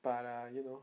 but uh you know